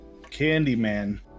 Candyman